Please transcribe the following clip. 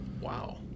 Wow